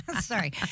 Sorry